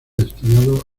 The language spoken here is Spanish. destinado